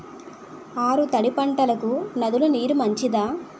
ఆరు తడి పంటలకు నదుల నీరు మంచిదా?